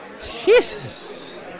Jesus